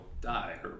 die